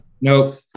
Nope